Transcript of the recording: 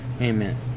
Amen